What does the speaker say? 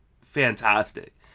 fantastic